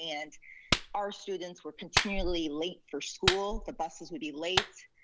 and our students were continually late for school. the buses would be late.